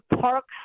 parks